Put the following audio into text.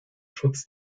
schutz